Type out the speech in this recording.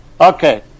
okay